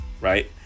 right